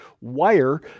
wire